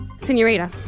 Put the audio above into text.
Senorita